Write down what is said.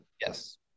Yes